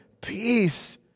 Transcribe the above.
peace